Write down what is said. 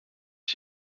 ich